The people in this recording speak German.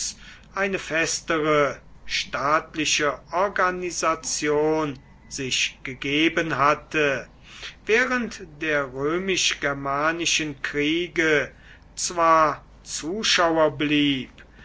eine festere staatliche organisation sich gegeben hatte während der römisch germanischen kriege zwar zuschauer blieb